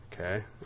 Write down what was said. Okay